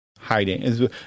Hiding